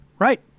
Right